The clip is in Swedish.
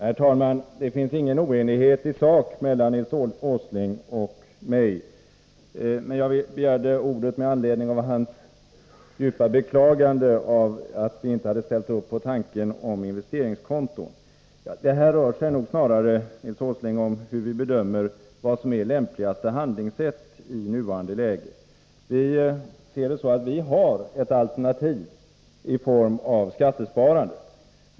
Herr talman! Det finns ingen oenighet i sak mellan Nils Åsling och mig, men jag begärde ordet med anledning av hans djupa beklagande av att vi inte hade ställt oss bakom tanken på investeringskonto. Det rör sig nog snarare, Nils Åsling, om hur vi bedömer vad som är lämpligaste handlingssätt i nuvarande läge. Vi ser det så att vi har ett alternativ i form av skattesparandet.